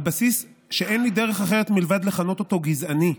על בסיס שאין לי דרך אחרת מלבד לכנות אותו "גזעני".